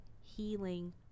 healing